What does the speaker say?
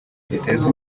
giteza